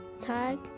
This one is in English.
Tag